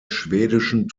schwedischen